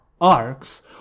arcs